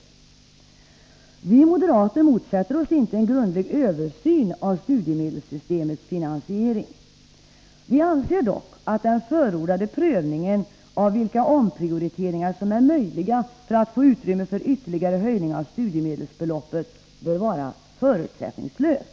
Vi moderater motsätter oss inte en grundlig översyn av studiemedelssystemets finansiering. Vi anser dock att den förordade prövningen av vilka omprioriteringar som är möjliga för att få utrymme för ytterligare höjning av studiemedelsbeloppet bör vara förutsättningslös.